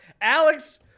Alex